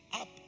Up